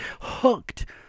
hooked